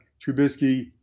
Trubisky